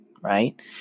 Right